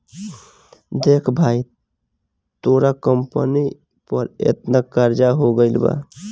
देख भाई तोरा कंपनी पर एतना कर्जा हो गइल बा